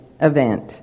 event